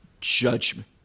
Judgment